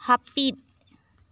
ᱦᱟᱯᱤᱫ